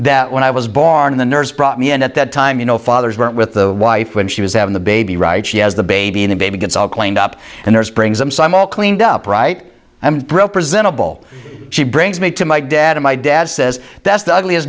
that when i was born the nurse brought me in at that time you know fathers weren't with the wife when she was having the baby right she has the baby and baby gets all cleaned up and there's brings them so i'm all cleaned up right i'm broke presentable she brings me to my dad and my dad says that's the ugliest